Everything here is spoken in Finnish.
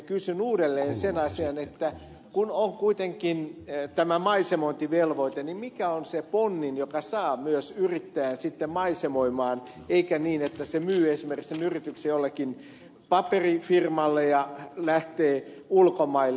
kysyn uudelleen sen asian että kun on kuitenkin tämä maisemointivelvoite niin mikä on se ponnin joka saa myös yrittäjän sitten maisemoimaan eikä niin että hän myy esimerkiksi sen yrityksen jollekin paperifirmalle ja lähtee ulkomaille